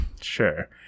Sure